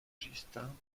justin